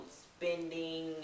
spending